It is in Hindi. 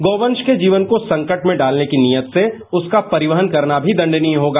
गौवंश के जीवन को संकट में डालने की नीयत से उसका परिवहन करना भी दंडनीय होगा